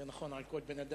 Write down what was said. זה נכון על כל אדם.